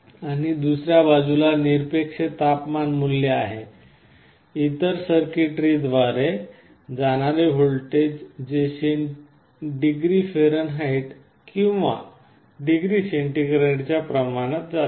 आणि दुसर्या बाजूला निरपेक्ष तापमान मूल्य आहे इतर सर्किटरीद्वारे जाणारे व्होल्टेज जे डिग्री फॅरनहाइट किंवा डिग्री सेंटीग्रेडच्या प्रमाणात जाते